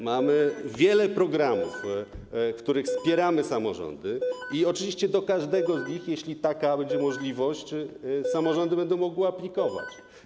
Mamy wiele programów, w których wspieramy samorządy i oczywiście do każdego z nich, jeśli będzie taka możliwość, samorządy będą mogły aplikować.